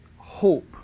hope